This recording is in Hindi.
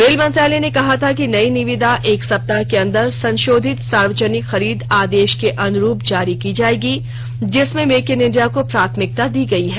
रेल मंत्रालय ने कहा था कि नई निविदा एक सप्तााह के अंदर संशोधित सार्वजनिक खरीद आदेश के अनुरूप जारी की जायेगी जिसमें मेक इन इंडिया को प्राथमिकता दी गयी है